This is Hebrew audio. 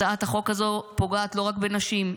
הצעת החוק הזו פוגעת לא רק בנשים,